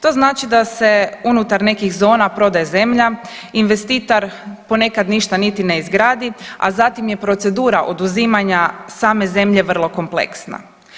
To znači da se unutar nekih zona prodaje zemlja, investitor ponekad ništa niti ni izgradi, a zatim je procedura oduzimanja same zemlje vrlo kompleksna.